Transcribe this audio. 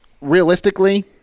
realistically